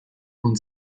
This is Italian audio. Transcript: con